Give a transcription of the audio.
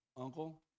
Uncle